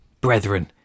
Brethren